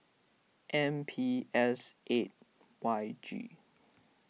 M P S eight Y G